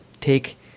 Take